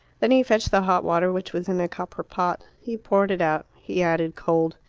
then he fetched the hot water, which was in a copper pot. he poured it out. he added cold.